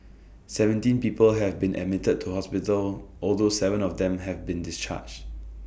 seventeen people have been admitted to hospital although Seven of them have been discharged